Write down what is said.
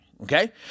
Okay